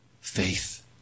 faith